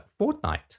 Fortnite